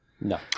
No